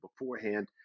beforehand